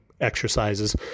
exercises